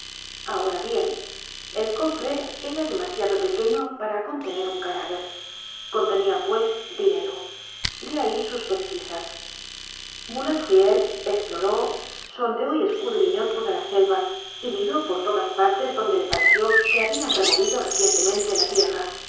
ahora bien el cofre era demasiado pequeño para contener un cadáver con tenia pues dinero de ahí sus pesquisas boulatruelle esploró sondeó y escudriñó toda la selva y miró por todas partes donde le pareció que habian removido recientemente la tierra